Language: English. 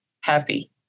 happy